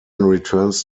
returns